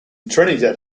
trinidad